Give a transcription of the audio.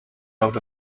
out